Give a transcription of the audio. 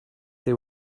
they